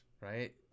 Right